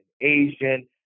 Asian